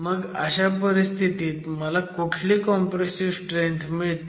मग अशा परिस्थितीत मला कुठली कॉम्प्रेसिव्ह स्ट्रेंथ मिळते